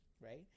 right